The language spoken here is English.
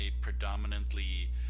predominantly